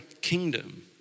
kingdom